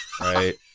right